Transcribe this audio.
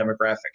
demographic